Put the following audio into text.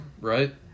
right